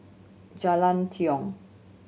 Jalan Tiong